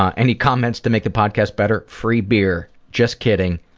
ah any comments to make the podcast better free beer. just kidding.